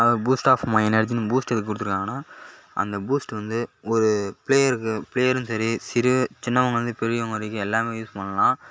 அதாவது boost of my எனர்ஜினு boost எதுக்கு கொடுத்துருக்காங்கன்னா அந்த பூஸ்ட் வந்து ஒரு பிளேயருக்கு பிளேயரும் சரி சிறு சின்னவங்கள்லருந்து பெரியவங்க வரைக்கும் எல்லாருமே யூஸ் பண்ணலாம்